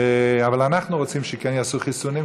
אבל אנחנו רוצים שכן יעשו חיסונים,